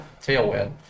tailwind